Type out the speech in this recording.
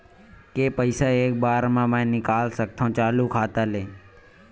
के पईसा एक बार मा मैं निकाल सकथव चालू खाता ले?